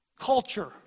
culture